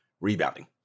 rebounding